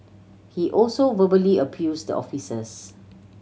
he also verbally abused the officers